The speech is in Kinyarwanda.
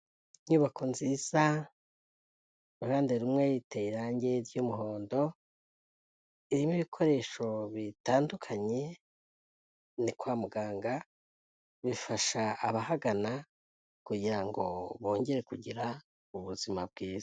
Inyubako nziza uruhande rumwe yiteye irange ry'umuhondo, irimo ibikoresho bitandukanye ni kwa muganga bifasha abahagana kugira ngo bongere kugira ubuzima bwiza.